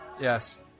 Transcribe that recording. Yes